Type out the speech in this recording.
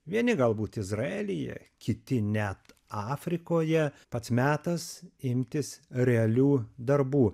vieni galbūt izraelyje kiti net afrikoje pats metas imtis realių darbų